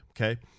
Okay